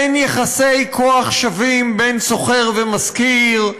אין יחסי כוח שווים בין שוכר ומשכיר,